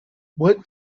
what